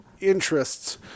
interests